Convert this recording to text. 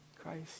Christ